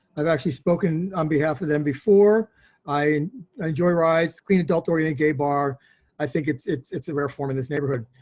i've actually spoken on behalf of them before i enjoy your eyes queen adult oriented gay bar i think it's it's it's a rare form in this neighborhood.